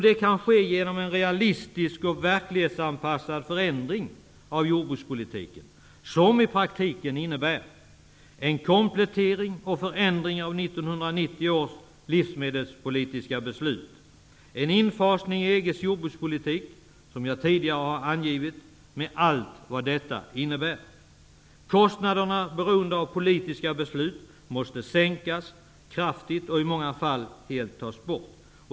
Det kan ske genom en realistisk och verklighetsanpassad förändring av jordbrukspolitiken, som i praktiken innebär en komplettering och förändring av 1990 års livsmedelspolitiska beslut och genom en infasning i EG:s jordbrukspolitik, som jag tidigare har angivit, med allt vad det innebär. Kostnader som är beroende av politiska beslut måste sänkas kraftigt och i många fall helt tas bort.